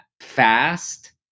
fast